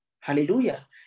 hallelujah